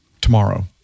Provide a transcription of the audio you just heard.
tomorrow